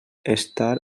estar